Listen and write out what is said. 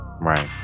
right